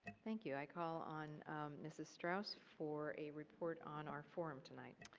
thank you, i call on mrs. strauss for a report on our forum tonight.